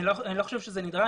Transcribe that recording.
אני לא חושב שזה נדרש.